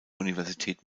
universität